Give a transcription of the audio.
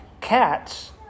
Cats